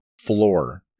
floor